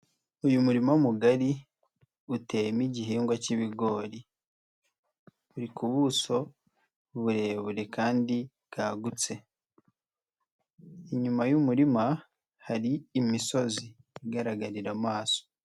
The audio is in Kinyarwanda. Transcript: Uyu murima mugari uteyemo igihingwa k'ibigori. Uri ku buso burebure kandi bwagutse. Inyuma y'umurima hari imisozi igaragarira amaso.